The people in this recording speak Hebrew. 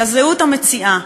אלא זהות המציעה.